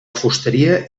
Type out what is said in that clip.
fusteria